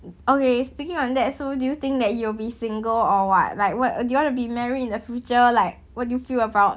okay speaking on that so do you think that you will be single or what like what do you want to be married in the future like what do you feel about